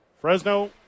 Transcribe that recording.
Fresno